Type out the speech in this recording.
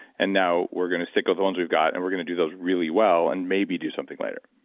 and now we're going to stick with the ones we've got and we're going to do those really well, and maybe do something later.